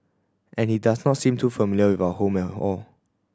and he does not seem too familiar with our home all